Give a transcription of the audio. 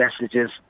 messages